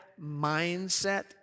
mindset